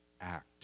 act